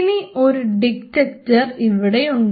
ഇനി ഒരു ഡിറ്റക്ടർ ഇവിടെയുണ്ട്